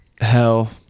hell